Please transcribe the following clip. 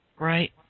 Right